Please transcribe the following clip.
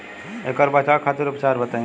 ऐकर बचाव खातिर उपचार बताई?